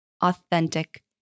authentic